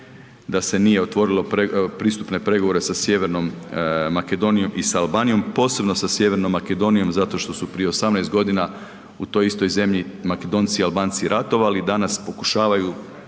da se nije otvorilo pristupne pregovore sa Sjevernom Makedonijom i sa Albanijom, posebno sa Sjevernom Makedonijom zato što su prije 18 godina u toj istoj zemlji Makedonci i Albanci ratovali, danas pokušavaju